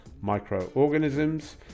microorganisms